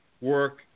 work